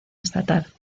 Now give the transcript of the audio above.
estatal